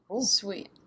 Sweet